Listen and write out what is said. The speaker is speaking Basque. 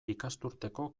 ikasturteko